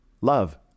Love